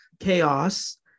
chaos